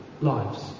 lives